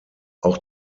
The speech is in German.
auch